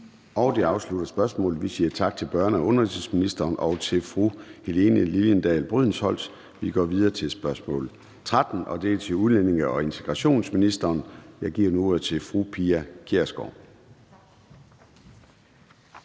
Det afslutter spørgsmålet. Vi siger tak til børne- og undervisningsministeren og til fru Helene Liliendahl Brydensholt. Vi går videre til spørgsmål nr. 13, og det er til udlændinge- og integrationsministeren. Jeg giver ordet til fru Pia Kjærsgaard.